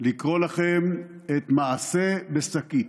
לכם את "מעשה בשקית".